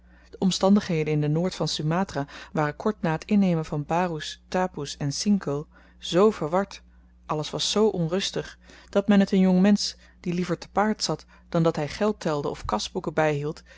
de omstandigheden in de noord van sumatra waren kort na t innemen van baroes tapoes en singkel z verward alles was z onrustig dat men het een jong mensch die liever te paard zat dan dat hy geld telde of kasboeken byhield